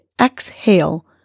exhale